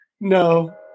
no